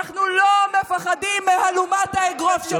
אנחנו לא מפחדים ממהלומת האגרוף שלך.